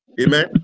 Amen